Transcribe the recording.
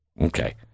Okay